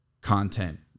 content